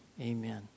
Amen